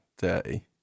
dirty